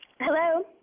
Hello